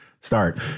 start